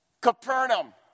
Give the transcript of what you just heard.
Capernaum